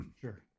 sure